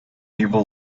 evil